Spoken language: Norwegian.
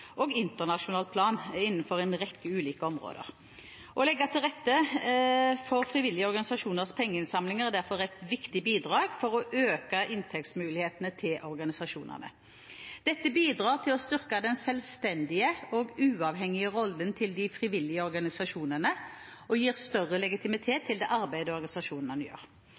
og internasjonalt plan innenfor en rekke ulike områder. Å legge til rette for frivillige organisasjoners pengeinnsamlinger er derfor et viktig bidrag for å øke inntektsmulighetene til organisasjonene. Dette bidrar til å styrke den selvstendige og uavhengige rollen til de frivillige organisasjonene og gir større legitimitet til det arbeidet organisasjonene gjør.